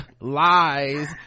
lies